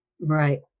Right